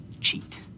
Cheat